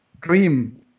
dream